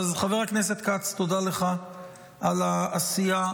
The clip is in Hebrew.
אז, חבר הכנסת כץ, תודה לך על העשייה.